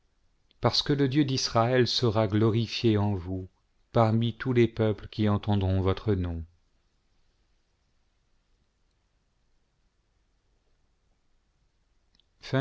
parce que le dieu d'israël sera glorifié en vous parmi tous les peuples qui entendront votre nom